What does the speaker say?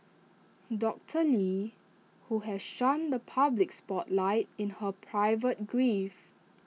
doctor lee who has shunned the public spotlight in her private grief